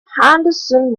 henderson